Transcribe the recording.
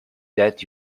that